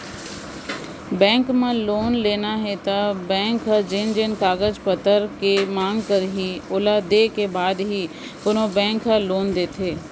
bank म loan लेना हे त बेंक ह जेन जेन कागज पतर के मांग करही ओला देय के बाद ही कोनो बेंक ह लोन देथे